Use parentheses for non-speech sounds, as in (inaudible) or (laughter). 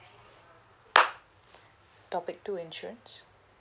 (noise) topic two insurance